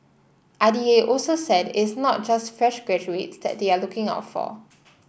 I D A also said it's not just fresh graduates that they are looking out for